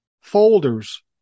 folders